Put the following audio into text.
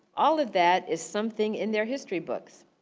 all of that is something in their history books.